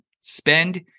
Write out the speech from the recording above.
spend